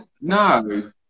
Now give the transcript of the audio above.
No